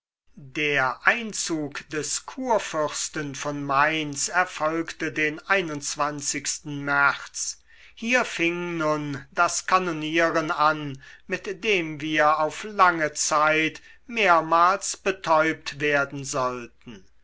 der einzug des kurfürsten von mainz erfolgte den märz hier fing nun das kanonieren an mit dem wir auf lange zeit mehrmals betäubt werden sollten